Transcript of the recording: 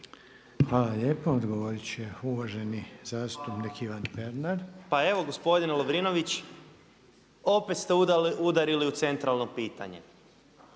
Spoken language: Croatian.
Hvala lijepo. Odgovorit će uvaženi zastupnik Ivan Pernar. **Pernar, Ivan (Abeceda)** Pa evo gospodine Lovrinović, opet ste udarili u centralno pitanje.